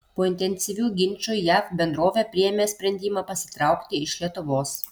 po intensyvių ginčų jav bendrovė priėmė sprendimą pasitraukti iš lietuvos